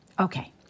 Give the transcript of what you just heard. Okay